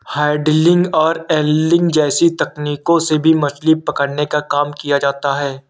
handling और angling जैसी तकनीकों से भी मछली पकड़ने का काम किया जाता है